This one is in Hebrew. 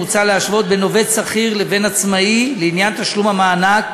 מוצע להשוות בין עובד שכיר לבין עצמאי לעניין תשלום המענק